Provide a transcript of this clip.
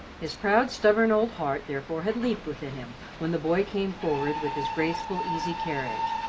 his proud, stubborn old heart therefore had leaped within him when the boy came forward with his graceful, easy carriage,